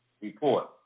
report